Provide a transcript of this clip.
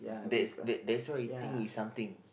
that's that that's why he think is something